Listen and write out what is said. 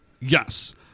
Yes